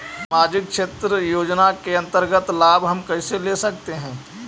समाजिक क्षेत्र योजना के अंतर्गत लाभ हम कैसे ले सकतें हैं?